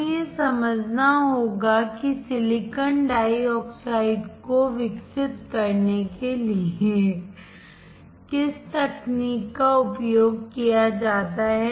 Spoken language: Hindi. हमें यह समझना होगा कि सिलिकॉन डाइऑक्साइड को विकसित करने के लिए किस तकनीक का उपयोग किया जाता है